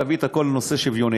למה הדבר דומה?